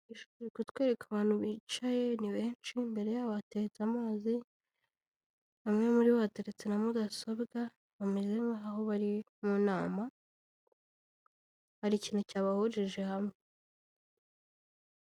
Bashobora kutwereka abantu bicaye, ni benshi, imbere yabo hateretse amazi, hamwe muri ho hateretse na mudasobwa, bameze nk'aho bari mu nama, hari ikintu cyabahurije hamwe.